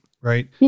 Right